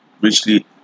richly